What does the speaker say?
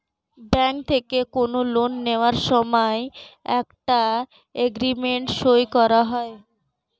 bank থেকে কোনো loan নেওয়ার সময় একটা এগ্রিমেন্ট সই করা হয়